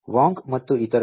Wang ಮತ್ತು ಇತರರು